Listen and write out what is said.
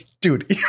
dude